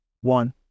one